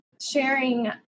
sharing